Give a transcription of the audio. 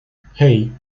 hey